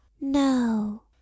No